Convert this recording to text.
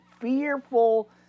fearful